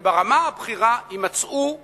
וברמה הבכירה יימצאו מקורות.